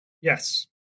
Yes